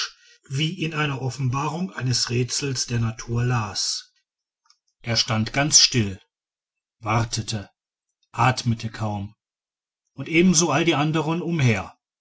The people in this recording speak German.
wie in einer offenbarung eines rätsels der natur las er stand ganz still wartete atmete kaum und ebenso alle andern umher